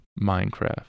minecraft